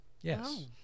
yes